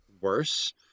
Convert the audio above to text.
worse